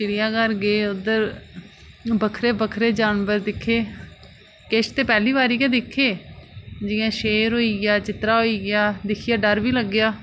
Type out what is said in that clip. चिड़ियाघर गे उद्धर बक्खरे बक्खरे जानवर दिक्खे किश ते पैह्ली बारी गै दिक्खे जियां शेर होइया चित्तरा होइया डर बी लग्गेआ